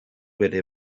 bere